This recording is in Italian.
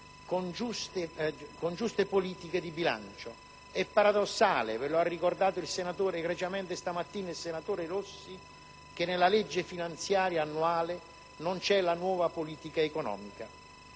con giuste politiche di bilancio. È paradossale, ve lo ha ricordato egregiamente stamattina il senatore Nicola Rossi, che nella legge finanziaria annuale non vi sia la nuova politica economica.